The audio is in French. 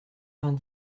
vingt